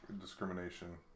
discrimination